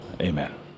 Amen